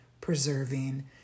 preserving